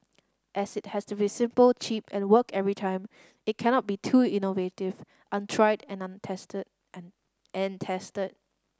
as it has to be simple cheap and work every time it cannot be too innovative untried and untested and and test